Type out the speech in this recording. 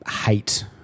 hate